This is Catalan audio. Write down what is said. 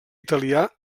italià